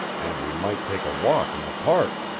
and we might take a walk in the park.